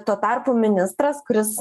tuo tarpu ministras kuris